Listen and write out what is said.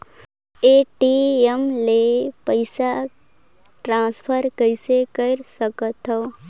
ATM ले पईसा transfer कइसे कर सकथव?